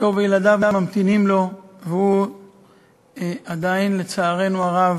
אשתו וילדיו ממתינים לו, והוא עדיין, לצערנו הרב,